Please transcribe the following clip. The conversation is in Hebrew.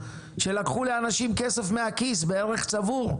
כשלקחו לאנשים כסף מהכיס בערך צבור.